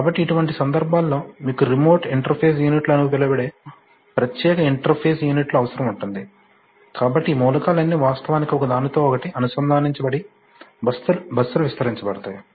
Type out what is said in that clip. కాబట్టి ఇటువంటి సందర్భాల్లో మీకు రిమోట్ ఇంటర్ఫేస్ యూనిట్లు అని పిలువబడే ప్రత్యేక ఇంటర్ఫేస్ యూనిట్లు అవసరం ఉంటుంది కాబట్టి ఈ మూలకాలన్నీ వాస్తవానికి ఒకదానితో ఒకటి అనుసంధానించబడి బస్సులు విస్తరించబడతాయి